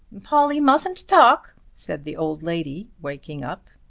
polly mustn't talk, said the old lady waking up.